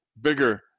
bigger